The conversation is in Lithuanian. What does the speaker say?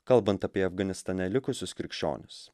kalbant apie afganistane likusius krikščionis